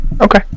Okay